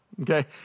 Okay